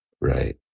Right